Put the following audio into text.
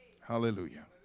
Hallelujah